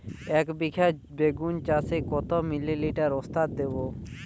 একবিঘা বেগুন চাষে কত মিলি লিটার ওস্তাদ দেবো?